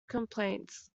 complaints